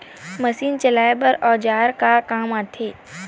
Machine चलाए बर औजार का काम आथे?